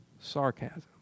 sarcasm